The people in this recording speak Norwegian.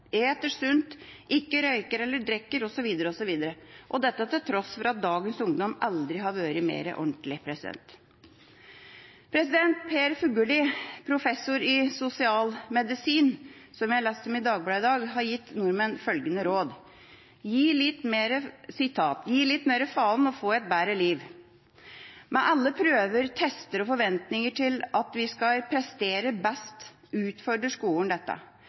sunt, ikke røyker eller drikker, osv. osv. – dette til tross for at dagens ungdom aldri har vært mer ordentlige. Per Fugelli, professor i sosialmedisin, som jeg leste om i Dagbladet i dag, har gitt nordmenn følgende råd: «Gi litt mer faen og få et bedre liv.» Med alle prøver, tester og forventninger om at vi skal prestere best, utfordrer skolen dette.